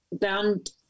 bound